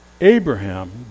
Abraham